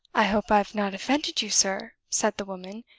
i hope i've not offended you, sir, said the woman,